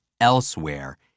elsewhere